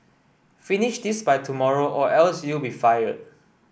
finish this by tomorrow or else you'll be fired